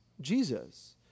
Jesus